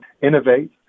innovate